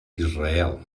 israel